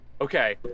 Okay